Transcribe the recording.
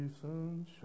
sunshine